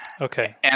Okay